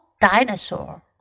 dinosaur